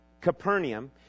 Capernaum